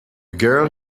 girl